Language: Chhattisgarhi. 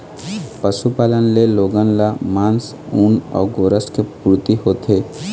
पशुपालन ले लोगन ल मांस, ऊन अउ गोरस के पूरती होथे